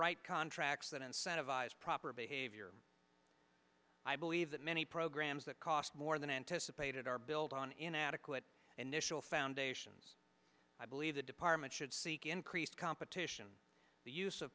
write contracts that incentivize proper behavior i believe that many programs that cost more than anticipated are built on inadequate initial foundations i believe the department should seek increased competition the use of